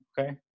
okay